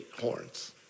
horns